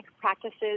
practices